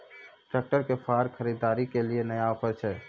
Tractor के फार खरीदारी के लिए नया ऑफर छ?